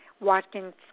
Watkins